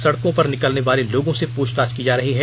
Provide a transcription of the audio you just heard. सड़कों पर निकलने वाले लोगों से पूछताछ की जा रही है